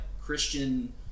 Christian